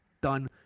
done